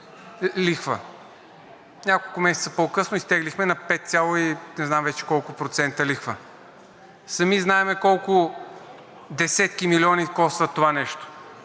лихва. Няколко месеца по-късно изтеглихме на пет цяло и не знам вече колко процента лихва. Сами знаем колко десетки милиони коства това нещо,